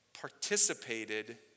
participated